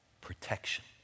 protection